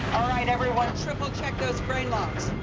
right, everyone, triple-check those brain locks.